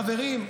חברים,